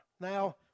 now